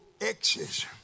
X's